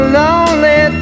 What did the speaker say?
lonely